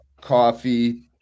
coffee